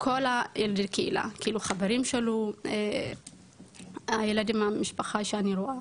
כל הקהילה, החברים שלו, הילדים מהמשפחה שאני רואה,